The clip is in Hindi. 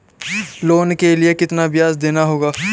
लोन के लिए कितना ब्याज देना होगा?